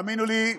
האמינו לי,